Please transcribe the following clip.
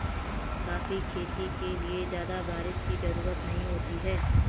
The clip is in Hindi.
कॉफी खेती के लिए ज्यादा बाऱिश की जरूरत नहीं होती है